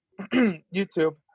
YouTube